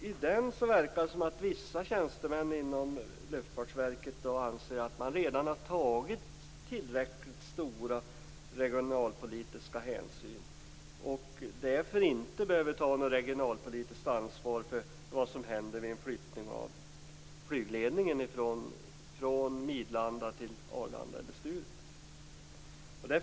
I den verkade det som att vissa tjänstemän inom Luftfartsverket anser att man redan har tagit tillräckligt stora regionalpolitiska hänsyn och därför inte behöver ta något regionalpolitiskt ansvar för vad som händer vid en flyttning av flygledningen från Midlanda till Arlanda eller Sturup.